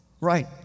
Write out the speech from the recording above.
Right